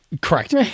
Correct